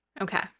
Okay